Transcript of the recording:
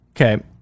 Okay